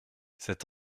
cet